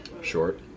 short